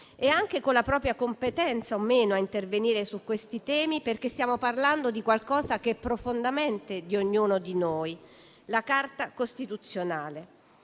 e con la propria competenza o meno a intervenire su questi temi, perché stiamo parlando di qualcosa che appartiene profondamente a ognuno di noi: la Carta costituzionale.